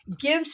gives